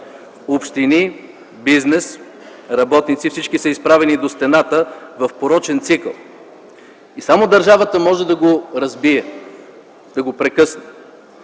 Общини, бизнес, работници – всички са изправени до стената в порочен цикъл. И само държавата може да го разбие, да го прекъсне.